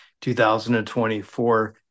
2024